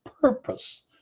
purpose